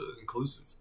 inclusive